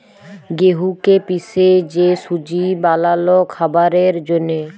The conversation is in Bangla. গেঁহুকে পিসে যে সুজি বালাল খাবারের জ্যনহে